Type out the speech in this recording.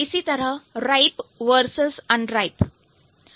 इसी तरह ripe versus unripe